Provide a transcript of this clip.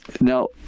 Now